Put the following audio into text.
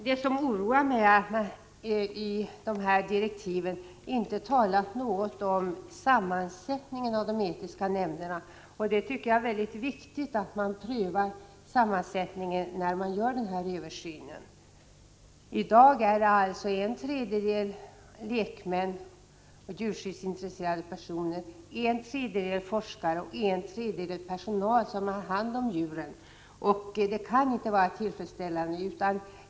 Det som oroar mig är att man i direktiven inte talat något om sammansättningen av de etiska nämnderna. Det är viktigt att pröva sammansättningen när man gör översynen. I dag är alltså en tredjedel lekmän och djurskyddsintresserade personer, en tredjedel forskare och en tredjedel personal som har hand om djuren. Det kan inte vara tillfredsställande.